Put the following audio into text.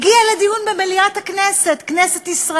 יעלה חבר הכנסת מנואל